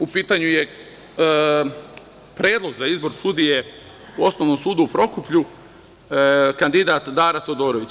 U pitanju je predlog za izbor sudije u Osnovnom sudu u Prokuplju - kandidat Dara Todorović.